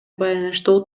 байланыштуу